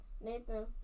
Nathan